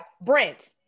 Brent